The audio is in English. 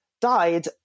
died